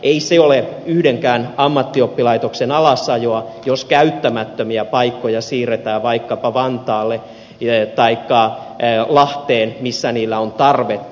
ei se ole yhdenkään ammattioppilaitoksen alasajoa jos käyttämättömiä paikkoja siirretään vaikkapa vantaalle taikka lahteen missä niille on tarvetta